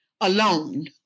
alone